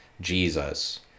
Jesus